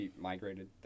migrated